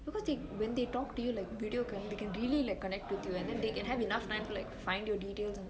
because they when they talk to you like video call they can really connectvwith you and they have enough time to like find your details and stuff